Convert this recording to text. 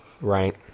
Right